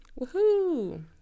Woohoo